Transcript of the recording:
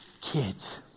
kids